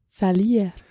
Salir